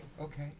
okay